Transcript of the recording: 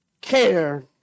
care